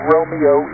Romeo